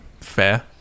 fair